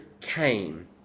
came